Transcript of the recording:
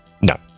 No